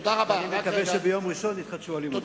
אני מקווה שביום ראשון יתחדשו הלימודים.